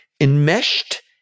enmeshed